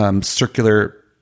Circular